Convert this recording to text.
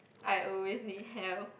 I always need help